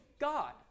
God